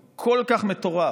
הוא כל כך מטורף,